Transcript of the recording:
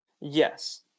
Yes